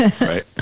Right